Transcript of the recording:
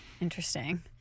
interesting